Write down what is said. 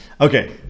okay